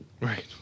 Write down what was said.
Right